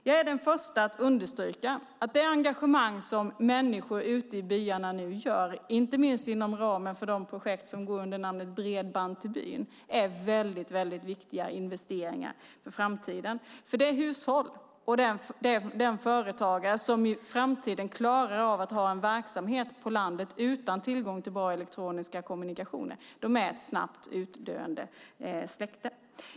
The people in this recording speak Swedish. Jag är den första att understryka det engagemang som människor ute i byarna nu har, inte minst inom ramen för de projekt som går under namnet Bredband till byn. Det är väldigt viktiga investeringar för framtiden. De hushåll och de företagare som i framtiden klarar av att ha en verksamhet på landet utan tillgång till bra elektroniska kommunikationer är ett snabbt utdöende släkte.